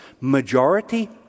majority